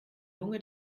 lunge